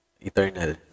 eternal